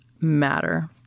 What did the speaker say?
matter